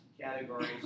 categories